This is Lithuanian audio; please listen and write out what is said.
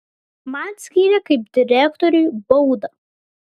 man skyrė kaip direktoriui baudą